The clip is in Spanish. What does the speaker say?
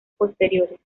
posteriores